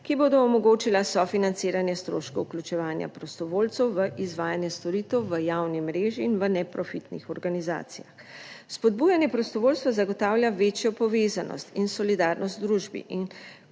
ki bodo omogočila sofinanciranje stroškov vključevanja prostovoljcev v izvajanje storitev v javni mreži in v neprofitnih organizacijah. Spodbujanje prostovoljstva zagotavlja večjo povezanost in solidarnost v družbi in